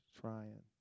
trying